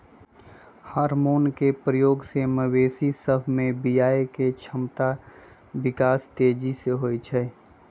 hormone के प्रयोग से मवेशी सभ में बियायके क्षमता विकास तेजी से होइ छइ